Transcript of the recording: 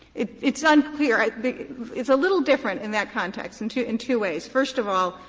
it's it's unclear. it's a little different in that context in two in two ways. first of all,